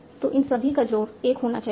तो इन सभी का जोड़ 1 होना चाहिए